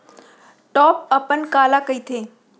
Top अपन काला कहिथे?